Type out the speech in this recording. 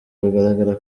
biragaragara